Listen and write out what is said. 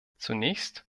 zunächst